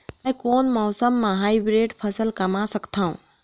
मै कोन मौसम म हाईब्रिड फसल कमा सकथव?